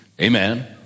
Amen